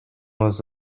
was